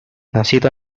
nacido